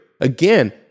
Again